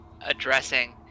addressing